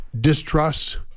distrust